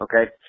okay